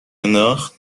انداخت